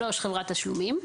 חברת תשלומים.